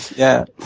yeah.